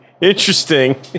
interesting